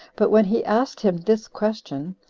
but when he asked him this question,